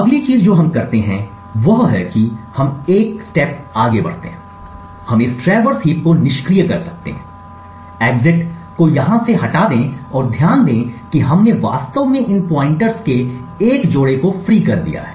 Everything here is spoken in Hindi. अगली चीज़ जो हम करते हैं वह है कि हम एक कदम आगे बढ़ें हम इस ट्रैवर्स हीप को निष्क्रिय कर सकते हैं एग्जिट फंक्शन को यहां से हटा दें और ध्यान दें कि हमने वास्तव में इन पॉइंटर्स के एक जोड़े को फ्री कर दिया है